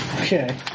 Okay